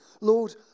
Lord